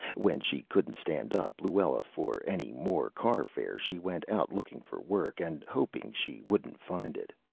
when she couldn't stand up luella for any more car fare she went out looking for work, and hoping she wouldn't find it.